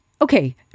Okay